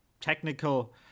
technical